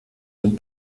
den